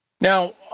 now